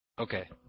Okay